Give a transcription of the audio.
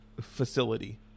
facility